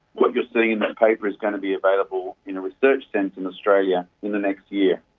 what you are seeing in that paper is going to be available in a research sense in australia in the next year,